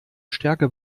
stärker